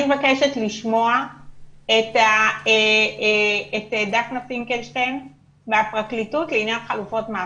אני מבקשת לשמוע את דפנה פינקלשטיין מהפרקליטות לעניין חלופות מעצר.